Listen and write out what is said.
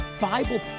Bible